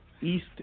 East